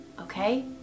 okay